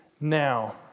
now